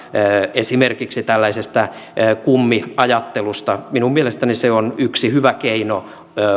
esimerkiksi tällaisesta kummiajattelusta minun mielestäni se on yksi hyvä keino